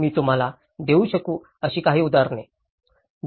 मी तुम्हाला देऊ शकू अशी काही उदाहरणे